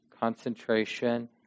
concentration